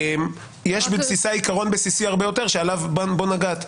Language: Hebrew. יש בבסיסה עיקרון בסיסי הרבה יותר, שבו נגעת.